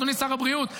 אדוני שר הבריאות?